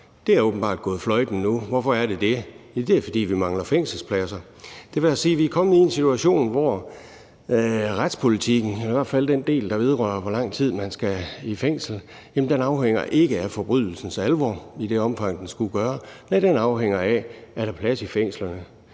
er åbenbart gået fløjten. Hvorfor er den det? Det er, fordi vi mangler fængselspladser. Det vil altså sige, at vi er kommet i en situation, hvor retspolitikken – i hvert fald den del, der vedrører, hvor lang tid man skal i fængsel – ikke afhænger af forbrydelsens alvor, som den skulle gøre det, men afhænger af, om der er plads i fængslerne.